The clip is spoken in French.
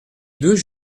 deux